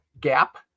gap